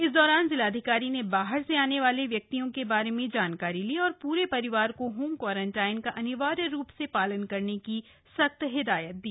इस दौरान जिलाधिकारी ने बाहर से आने वाले व्यक्तियों के बारे में जानकारी ली और पूरे परिवार को होम क्वारंटाइन का अनिवार्य रूप से पालन करने की सख्त हिदायत दी